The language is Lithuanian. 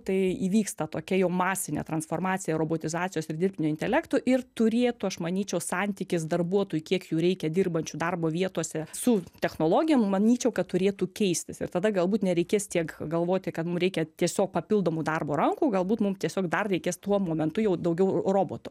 tai įvyksta tokia jau masinė transformacija robotizacijos ir dirbtinio intelekto ir turėtų aš manyčiau santykis darbuotojų kiek jų reikia dirbančių darbo vietose su technologijom manyčiau kad turėtų keistis ir tada galbūt nereikės tiek galvoti kad mum reikia tiesiog papildomų darbo rankų galbūt mum tiesiog dar reikės tuo momentu jau daugiau roboto